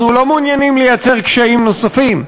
אנחנו לא מעוניינים לייצר קשיים נוספים,